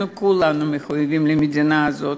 אנחנו כולנו מחויבים למדינה הזאת.